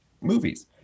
movies